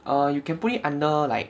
err you can put it under like